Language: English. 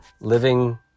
living